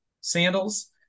sandals